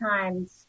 times